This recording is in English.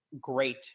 great